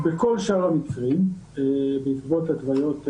בכל שאר המקרים בעקבות התוויות בריאותיות,